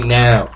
now